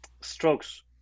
strokes